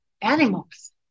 animals